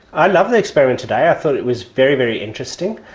i loved the experiment today, i thought it was very, very interesting.